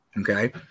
Okay